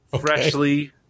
freshly